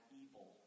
evil